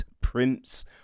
Prince